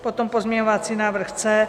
Potom pozměňovací návrh C.